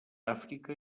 àfrica